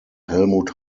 helmut